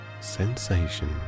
sensation